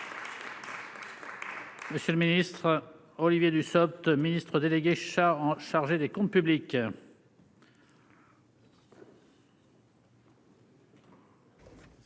Monsieur le ministre, Olivier Dussopt ministre délégué, chargé, chargé des comptes publics.